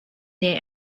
near